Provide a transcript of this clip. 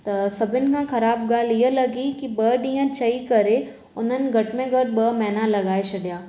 त सभिनि खां ख़राबु ॻाल्हि इहा लॻी की ॿ ॾींहं चई करे उन्हनि घटि मे घटि ॿ महीना लगाए छॾिया